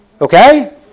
Okay